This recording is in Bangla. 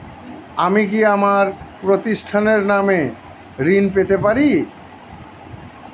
আমি কি আমার প্রতিষ্ঠানের নামে ঋণ পেতে পারি?